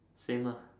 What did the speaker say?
same lah